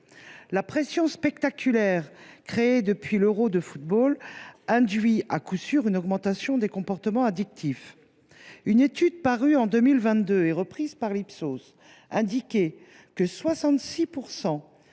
La pression spectaculaire créée depuis l’Euro de football induit, à coup sûr, une augmentation des comportements addictifs. Une étude parue en 2022, reprise par Ipsos, indiquait que 66